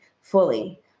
fully